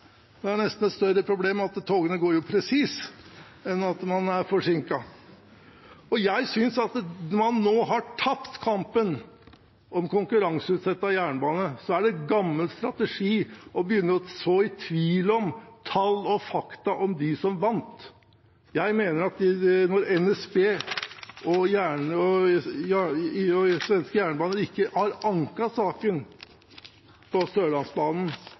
Det er nesten et større problem at togene går presist enn at de er forsinket. Jeg synes at når man nå har tapt kampen om å konkurranseutsette jernbanen, er det gammel strategi å begynne å så tvil om tall og fakta om dem som vant. Jeg mener at når NSB og den svenske jernbanen ikke har anket saken om Sørlandsbanen,